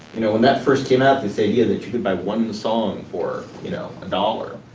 you know, when that first came out, this idea that you could buy one song for you know a dollar.